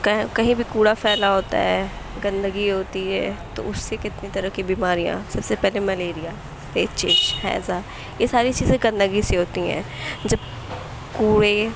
کا کہیں بھی کوڑا پھیلا ہوتا ہے گندگی ہوتی ہے تو اُس سے کتنی طرح کی بیماریاں سب سے پہلے ملیریا ایک چیز ہیضہ یہ ساری چیزیں گندگی سے ہوتی ہیں جب کوڑے